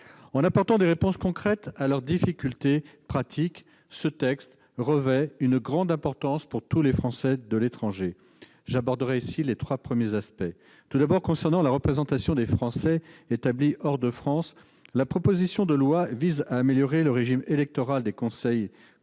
apporte des réponses concrètes à leurs difficultés pratiques et revêt donc une grande importance pour tous les Français de l'étranger. J'en aborderai ici les trois premiers aspects. Tout d'abord, concernant la représentation des Français établis hors de France, la présente proposition de loi vise à améliorer le régime électoral des conseils consulaires